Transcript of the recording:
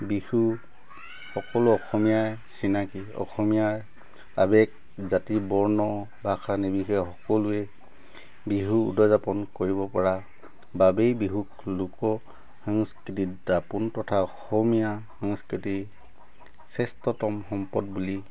বিহু সকলো অসমীয়াই চিনাকি অসমীয়াৰ আৱেগ জাতি বৰ্ণ ভাষা নিৰ্বিশেষে সকলোৱেই বিহু উদযাপন কৰিব পৰা বাবেই বিহুক লোকসংস্কৃতিৰ দাপোন তথা অসমীয়া সংস্কৃতিৰ শ্ৰেষ্ঠতম সম্পদ বুলি